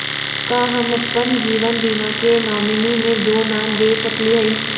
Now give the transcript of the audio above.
का हम अप्पन जीवन बीमा के नॉमिनी में दो नाम दे सकली हई?